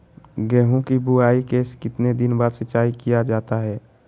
गेंहू की बोआई के कितने दिन बाद सिंचाई किया जाता है?